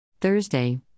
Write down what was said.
Thursday